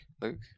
Luke